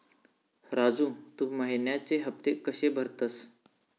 राजू, तू महिन्याचे हफ्ते कशे भरतंस?